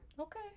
okay